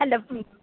അല്ല